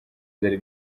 byari